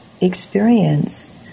experience